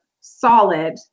solid